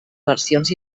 versions